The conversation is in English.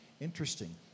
Interesting